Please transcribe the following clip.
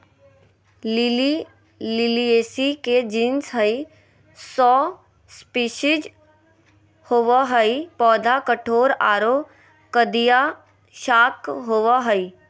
lily Liliaceae के genus हई, सौ स्पिशीज होवअ हई, पौधा कठोर आरो कंदिया शाक होवअ हई